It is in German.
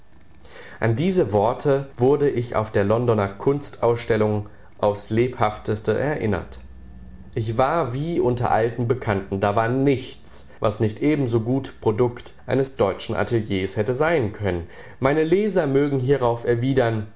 an diese worte wurde ich auf der londoner kunst ausstellung aufs lebhafteste erinnert ich war wie unter alten bekannten da war nichts was nicht ebensogut produkt eines deutschen ateliers hätte sein können meine leser mögen hierauf erwidern